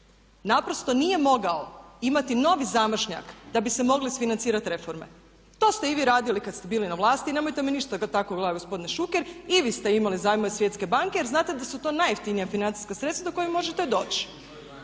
naprosto nije mogao imati novi zamašnjak da bi se moglo isfinancirati reforme. To ste i vi radili kad ste bili na vlasti i nemojte me ništa tako gledati gospodine Šuker, i vi ste imali zajmove Svjetske banke jer znate da su to najjeftinija financijska sredstva do kojih možete doći.